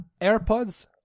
airpods